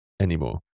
anymore